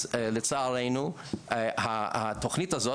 אז לצערנו התוכנית הזאת,